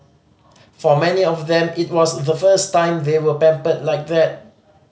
for many of them it was the first time they were pampered like that